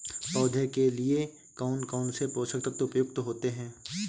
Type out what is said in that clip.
पौधे के लिए कौन कौन से पोषक तत्व उपयुक्त होते हैं?